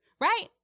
Right